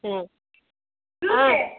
ஓ ஆ